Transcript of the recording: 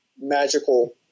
Magical